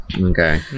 okay